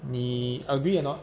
你 agree or not